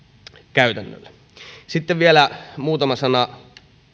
käytännöllä sitten vielä muutama sana